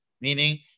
meaning